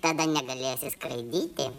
tada negalėsi skraidyti